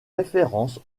référence